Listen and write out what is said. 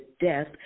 death